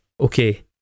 Okay